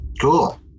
cool